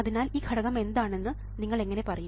അതിനാൽ ഈ ഘടകം എന്താണെന്ന് നിങ്ങൾ എങ്ങനെ പറയും